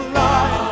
life